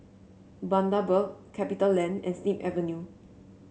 Bundaberg Capitaland and Snip Avenue